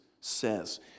says